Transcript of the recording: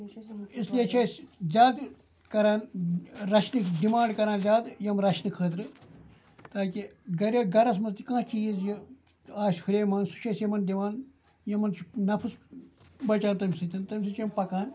اسلیے چھِ أسۍ زیادٕ کَران رَچھنٕکۍ ڈِمانٛڈ کَران زیادٕ یِم رَچھنہٕ خٲطرٕ تاکہِ گَرِ گَرَس منٛز تہِ کانٛہہ چیٖز یہِ آسہِ ہُریمان سُہ چھِ أسۍ یِمَن دِوان یِمَن چھِ نفٕس بَچان تَمہِ سۭتۍ تَمہِ سۭتۍ چھِ یِم پَکان